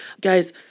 guys